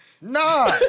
Nah